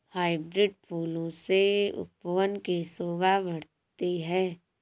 hybrid फूलों से उपवन की शोभा बढ़ती है